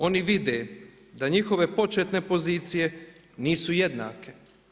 Oni vide da njihove početne pozicije nisu jednake.